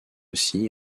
aussi